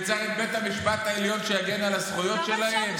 וצריך את בית המשפט העליון שיגן על הזכויות שלהם?